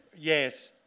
yes